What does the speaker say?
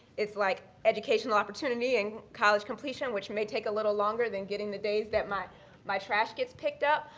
it's like educational opportunity and college completion, which may take a little longer than getting the days that my my trash gets picked up.